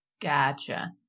Gotcha